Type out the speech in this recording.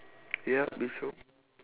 ya it's true